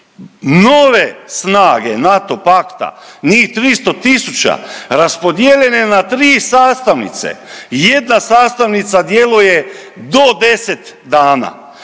nove snage NATO pakta, njih 300 tisuća, raspodijeljene na tri sastavnice. Jedna sastavnica djeluje do 10 dana,